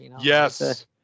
Yes